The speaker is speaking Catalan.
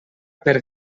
per